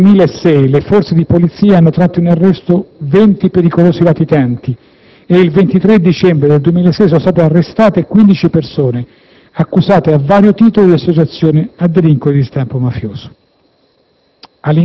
Nel 2006 le forze di polizia hanno tratto in arresto 20 pericolosi latitanti e, il 23 dicembre 2006, sono state arrestate 15 persone, accusate a vario titolo di associazione a delinquere di stampo mafioso.